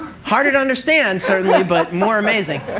harder to understand certainly, but more amazing.